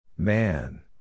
Man